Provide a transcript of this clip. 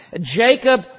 Jacob